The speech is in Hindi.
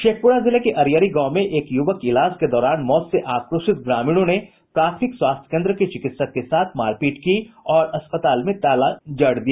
शेखपुरा जिले के अरियरी गांव में एक युवक की इलाज के दैरान मौत से आक्रोशित ग्रामीणों ने प्राथमिक स्वास्थ्य केन्द्र के चिकित्सक के साथ मारपीट की और अस्पताल में ताला जड़ दिया